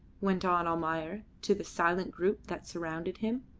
went on almayer to the silent group that surrounded him.